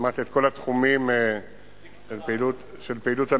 כמעט את כל התחומים של פעילות המשרד.